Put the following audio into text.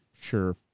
Sure